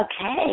Okay